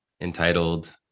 entitled